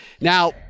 Now